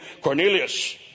Cornelius